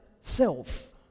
self